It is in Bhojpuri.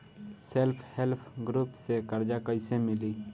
सेल्फ हेल्प ग्रुप से कर्जा कईसे मिली?